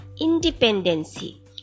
independency